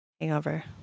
hangover